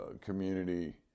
community